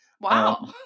Wow